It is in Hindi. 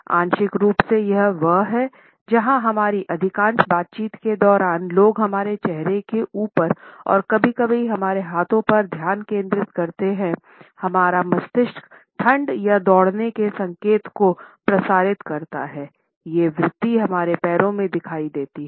आंशिक रूप से यह वहां है क्योंकि हमारी अधिकांश बातचीत के दौरान लोग हमारे चेहरे के ऊपर और कभी कभी हमारे हाथों पर ध्यान केंद्रित करते हैं हमारा मस्तिष्क ठंड या दौड़ने के संकेतों को प्रसारित करता है ये वृत्ति हमारे पैरों में दिखाई देती हैं